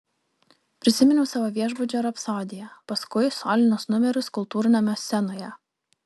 prisiminiau savo viešbučio rapsodiją paskui solinius numerius kultūrnamio scenoje